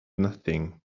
nothing